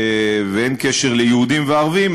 ואין קשר ליהודים וערבים,